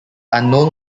unknown